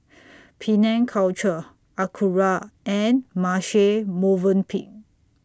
Penang Culture Acura and Marche Movenpick